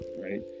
right